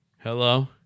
Hello